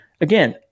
again